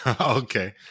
Okay